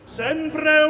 sempre